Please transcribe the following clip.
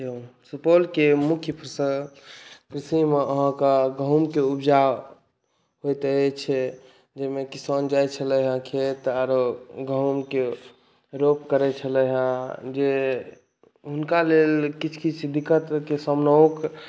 औ सुपौलके मुख्य फसिल अहाँके गहुमके उपजा होइत अछि जाहिमे किसान जाइ छलै हँ खेत आओर गहुमके रोप करै छलै हँ जे हुनका लेल किछु किछु दिक्कतके सामनो